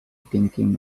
thinking